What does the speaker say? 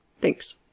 Thanks